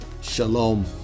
Shalom